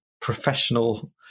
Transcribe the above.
professional